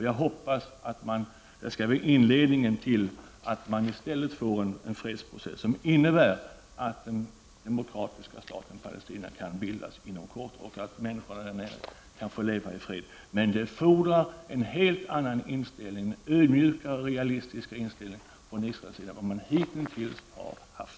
Jag hoppas att detta skall bli inledningen till en fredsprocess som innebär att den demokratiska staten Palestina kan bildas inom kort och att människorna där kan få leva i fred. Men det fordrar en helt annan inställning, en ödmjukare och mer realistisk inställning, från Israels sida än man hitintills har haft.